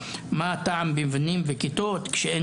מה הטעם במבנים וכיתות כשאין